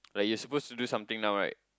like you're supposed to do something now right